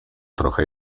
trochę